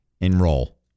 enroll